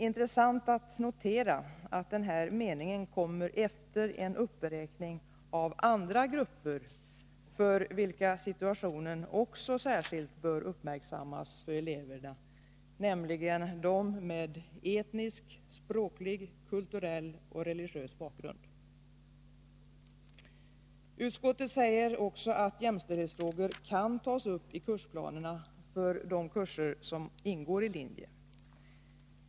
intressant att notera att den meningen kommer efter en uppräkning av andra grupper, vilkas situation eleverna också bör göras särskilt uppmärksamma på, nämligen de med olika etnisk, språklig, kulturell och religiös bakgrund. Utskottet säger också att jämställdhetsfrågor kan tas upp i kursplanerna för de kurser som ingår i linje.